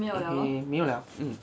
okay 没有 liao mm